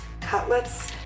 cutlets